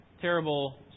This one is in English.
terrible